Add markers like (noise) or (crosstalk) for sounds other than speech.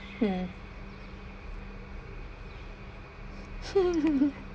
mm (laughs)